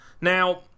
Now